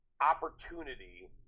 opportunity